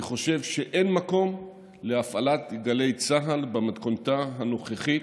אני חושב שאין מקום להפעלת גלי צה"ל במתכונתה הנוכחית,